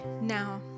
Now